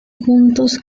juntos